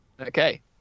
Okay